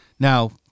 Now